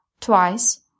twice